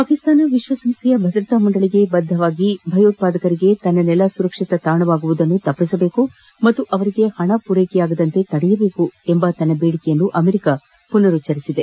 ಪಾಕಿಸ್ತಾನವು ವಿಶ್ಲಸಂಸ್ಡೆಯ ಭದ್ರತಾ ಮಂಡಳಿಗೆ ಬದ್ಧವಾಗಿ ಭಯೋತ್ಪಾದಕರಿಗೆ ತನ್ನ ನೆಲ ಸುರಕ್ಷಿತ ತಾಣವಾಗುವುದನ್ನು ತಪ್ಪಿಸಬೇಕು ಮತ್ತು ಅವರಿಗೆ ಹಣ ಪೂರ್ವೆಕೆಯಾಗದಂತೆ ತಡೆಯಬೇಕು ಎಂಬ ತನ್ನ ಬೇಡಿಕೆಯನ್ನು ಅಮೆರಿಕಾ ಪುನರುಚ್ಚರಿಸಿದೆ